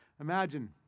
Imagine